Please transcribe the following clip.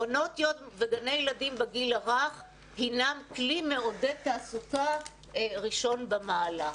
מעונות יום וגני ילדים בגיל הרך הינם כלי מעודד תעסוק ראשון במעלה.